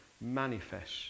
manifest